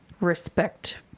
respect